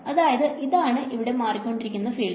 അതായത് ഇതാണ് ഇവിടെ മാറിക്കൊണ്ടിരിക്കുന്ന ഫീൽഡ്